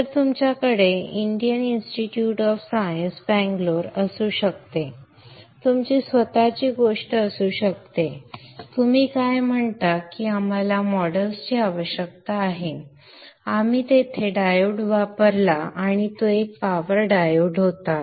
तर तुमच्याकडे Indian institute of science Bangalore असू शकते तुमची स्वतःची गोष्ट असू शकते आपण काय म्हणतो की आम्हाला मॉडेलची आवश्यकता आहे आपण तेथे डायोड वापरला आणि तो एक पॉवर डायोड होता